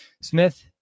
Smith